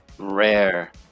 rare